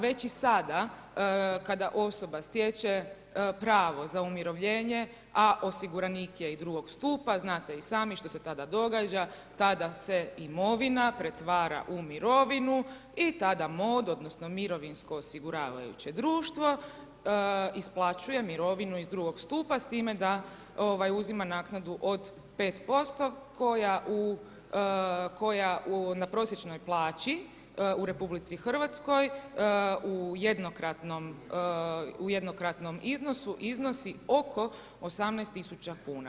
Već i sada kada osoba stječe pravo za umirovljenje, a osiguranik je iz II. stupa, znate i sami što se tada događa, tada se imovina pretvara u mirovinu i tada mod odnosno mirovinsko osiguravajuće društvo isplaćuje mirovinu iz II. stupa s time da ova uzima naknadu od 5% koja na prosječnoj plaći u RH u jednokratnom iznosu iznosi oko 18 000 kuna.